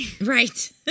Right